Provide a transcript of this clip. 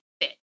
fit